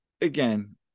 Again